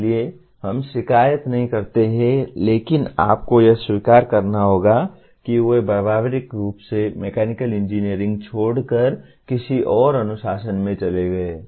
इसलिए हम शिकायत नहीं करते हैं लेकिन आपको यह स्वीकार करना होगा कि वे व्यावहारिक रूप से मैकेनिकल इंजीनियरिंग छोड़ कर किसी और अनुशासन में चले गए हैं